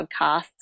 podcasts